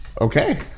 Okay